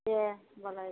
दे होमबालाय